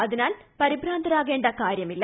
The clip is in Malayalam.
അതിനാൽ പരിഭ്രാന്തരാകേണ്ട കാരൃമില്ല